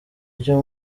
icyo